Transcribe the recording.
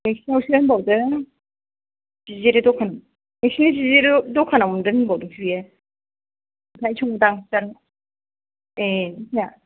नोंसिनावसो होनबावदों जिजिरि दखान नोंसिनि जिजिरि दखानाव मोनगोन होनबावदोंसो बियो ओंखायनो सोंदां जारौ ए दिफाया